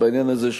ובעניין הזה,